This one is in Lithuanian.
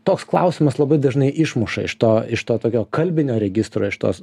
toks klausimas labai dažnai išmuša iš to iš to tokio kalbinio registro iš tos